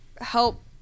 help